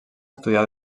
estudiar